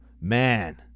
man